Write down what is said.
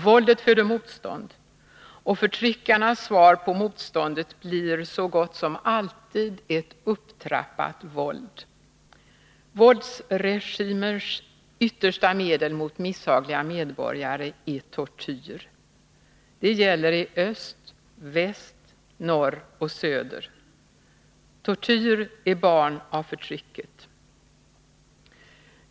Våldet föder motstånd, och förtryckarnas svar på motståndet blir så gott som alltid ett upptrappat våld. Våldsregimers yttersta medel mot misshagliga medborgare är tortyr. Det gäller i öst, väst, norr och söder. Tortyr är barn av förtrycket.